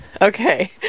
Okay